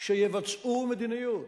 שיבצעו מדיניות.